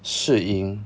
试音